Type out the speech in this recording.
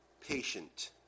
patient